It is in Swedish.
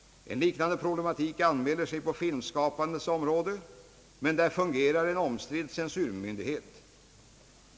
En liknande problematik anmäler sig på filmskapandets område, men där fungerar en omstridd censurmyndighet.